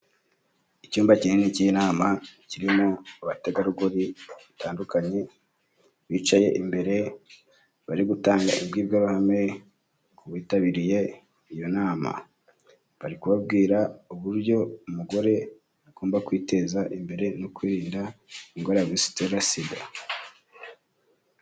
Icyumba kinini cy'inama kirimo abategarugori batandukanye, bicaye imbere bari gutanga imbwirwaruhame ku bitabiriye iyo nama. Bari kubabwira uburyo umugore agomba kwiteza imbere no kwirinda indwara ya virusi isitera sida.